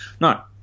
No